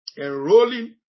enrolling